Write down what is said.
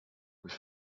with